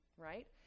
right